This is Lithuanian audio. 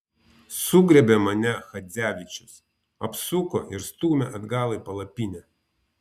sugriebė mane chadzevičius apsuko ir stūmė atgal į palapinę